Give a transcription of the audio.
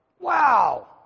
Wow